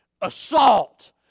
assault